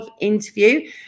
interview